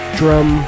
drum